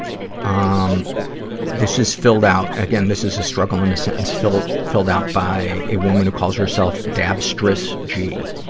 um this is filled out again, this is a struggle in a sentence filled filled out by a woman who calls herself dabstress sp. g.